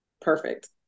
perfect